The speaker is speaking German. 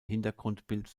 hintergrundbild